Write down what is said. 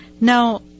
Now